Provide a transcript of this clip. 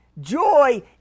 Joy